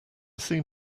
seen